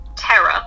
Terror